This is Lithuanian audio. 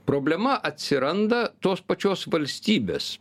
problema atsiranda tos pačios valstybės